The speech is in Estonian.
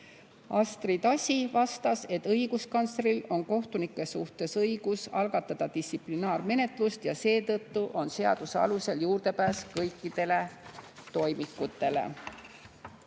Astrid Asi vastas, et õiguskantsleril on kohtunike suhtes õigus algatada distsiplinaarmenetlus ja seetõttu on tal seaduse alusel juurdepääs kõikidele toimikutele.